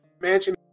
mansion